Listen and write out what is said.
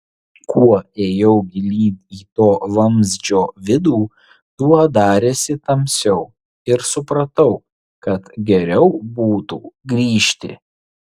kuo ėjau gilyn į to vamzdžio vidų tuo darėsi tamsiau ir supratau kad geriau būtų grįžti